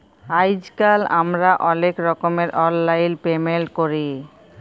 আইজকাল আমরা অলেক রকমের অললাইল পেমেল্ট ক্যরি